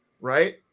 right